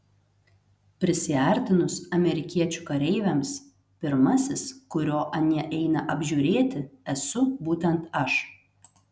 prisiartinus amerikiečių kareiviams pirmasis kurio anie eina apžiūrėti esu būtent aš